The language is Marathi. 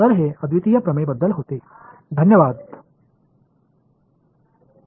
तर हे अद्वितीय प्रमेय बद्दल होते